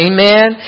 Amen